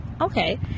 okay